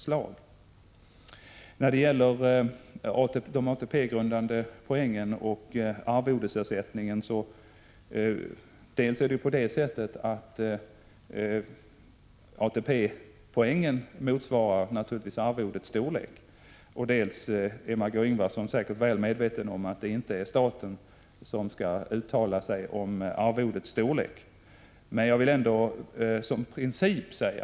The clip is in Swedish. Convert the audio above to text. När det sedan gäller frågan om ATP-poäng och arvodesersättningen vill jag säga dels att ATP-poängen naturligtvis baseras på arvodets storlek, dels att det inte är staten som skall uttala sig om arvodets storlek, vilket Margéö Ingvardsson säkert är medveten om.